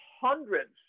hundreds